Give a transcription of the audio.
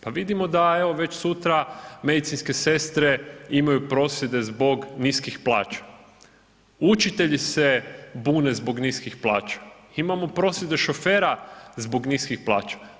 Pa vidimo da evo već sutra medicinske sestre imaju prosvjede zbog niskih plaća, učitelji se bune zbog niskih plaća, imamo prosvjede šofera zbog niskih plaća.